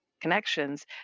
connections